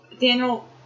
Daniel